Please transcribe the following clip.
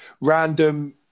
random